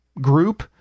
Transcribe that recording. group